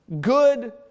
Good